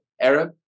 Arab